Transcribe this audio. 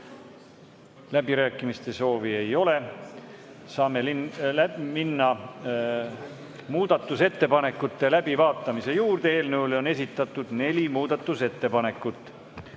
Läbirääkimiste soovi ei ole. Saame minna muudatusettepanekute läbivaatamise juurde. Eelnõu kohta on esitatud neli muudatusettepanekut.